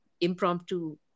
impromptu